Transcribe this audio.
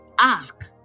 ask